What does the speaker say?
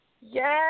Yes